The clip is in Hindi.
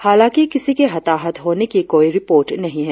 हालांकि किसी के हताहत होने की कोई रिपोर्ट नहीं है